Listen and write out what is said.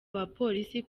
abapolisi